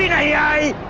i